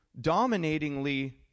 dominatingly